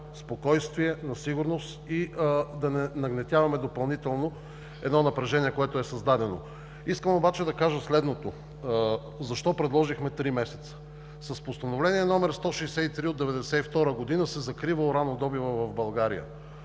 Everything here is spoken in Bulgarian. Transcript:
спокойствие, на сигурност и да не нагнетяваме допълнително напрежението, което е създадено. Искам обаче да кажа следното – защо предложихме три месеца? С Постановление № 163 от 1992 г. се закрива уранодобивът в България.